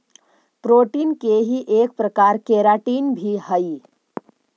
protein के ही एक प्रकार केराटिन भी हई